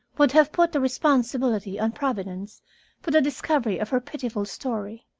would have put the responsibility on providence for the discovery of her pitiful story.